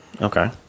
Okay